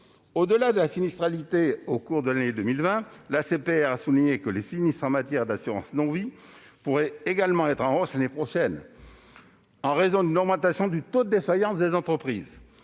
Au-delà de la sinistralité au cours de l'année 2020, l'ACPR a souligné que les sinistres en matière d'assurance non-vie pourraient également être en hausse l'année prochaine, en raison d'une augmentation du taux de défaillance des entreprises.